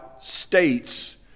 states